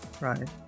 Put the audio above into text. right